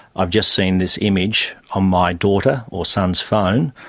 i've just seen this image on my daughter or son's phone,